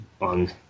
on